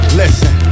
listen